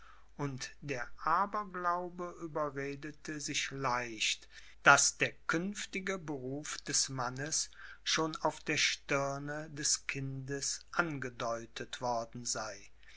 und der aberglaube überredete sich leicht daß der künftige beruf des mannes schon auf der stirne des kindes angedeutet worden sei